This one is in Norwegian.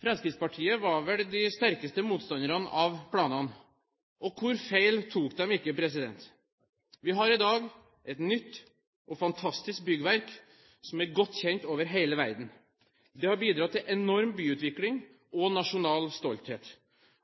Fremskrittspartiet var vel de sterkeste motstanderne av planene – og hvor feil tok de ikke! Vi har i dag et nytt og fantastisk byggverk, som er godt kjent over hele verden. Det har bidratt til enorm byutvikling og nasjonal stolthet.